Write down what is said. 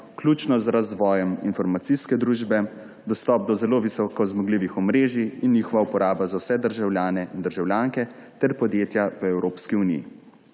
vključno z razvojem informacijske družbe, dostop do zelo visoko zmogljivih omrežij in njihova uporaba za vse državljane in državljanke ter podjetja v Evropski uniji.